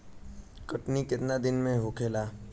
कटनी केतना दिन में होखेला?